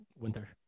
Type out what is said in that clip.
winter